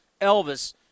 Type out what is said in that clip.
Elvis